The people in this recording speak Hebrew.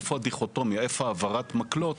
איפה העברת המקלות